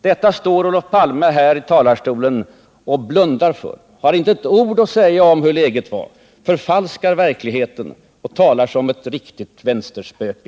Men Olof Palme står här i talarstolen och blundar för detta. Han har inte ett ord att säga om hur läget verkligen var. Han förvanskar i stället verkligheten. Han talar som ett riktigt vänsterspöke.